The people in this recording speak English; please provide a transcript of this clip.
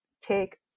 take